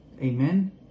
Amen